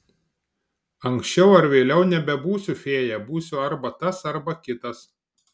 anksčiau ar vėliau nebebūsiu fėja būsiu arba tas arba kitas